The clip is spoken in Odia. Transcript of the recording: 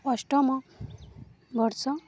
ଅଷ୍ଟମ ବର୍ଷ